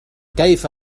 كيف